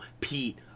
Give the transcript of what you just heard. Pete